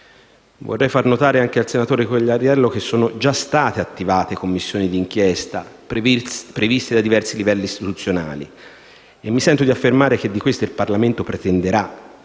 Vorrei far notare al senatore Quagliariello che già sono state attivate Commissioni di inchiesta previste dai diversi livelli istituzionali. Mi sento di affermare che di queste il Parlamento pretenderà